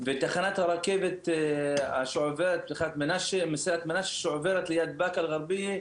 ותחנת הרכבת מנשה שעוברת ליד באקה אל גרבייה,